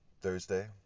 Thursday